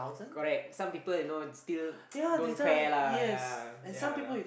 correct some people you know still don't care lah yea yea